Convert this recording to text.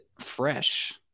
fresh